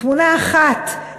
תמונה אחת.